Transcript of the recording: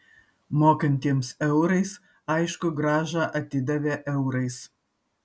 mokantiems eurais aišku grąžą atidavė eurais